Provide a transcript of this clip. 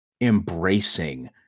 embracing